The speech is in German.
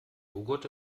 joghurt